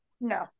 no